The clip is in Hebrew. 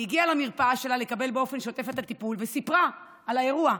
היא הגיעה למרפאה שלה לקבל באופן שוטף את הטיפול וסיפרה על האירוע,